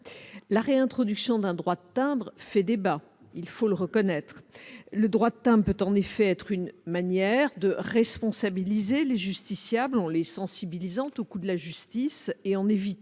Réintroduire le droit de timbre fait débat, il faut le reconnaître. Le droit de timbre peut en effet être une manière de responsabiliser les justiciables en les sensibilisant au coût de la justice et en évitant